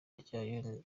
ryayo